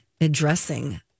addressing